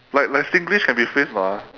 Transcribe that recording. like my singlish can be a phrase or not ah